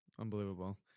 Unbelievable